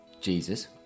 Jesus